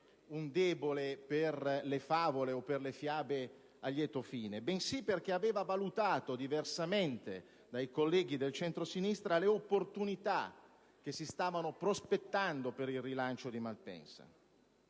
un debole per le favole a lieto fine, bensì perché aveva valutato diversamente dai colleghi del centrosinistra le opportunità che si stavano prospettando per il rilancio di Malpensa.